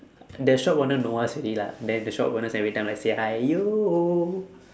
the shop owner know us already lah then the shop owners every time like say !haiyo!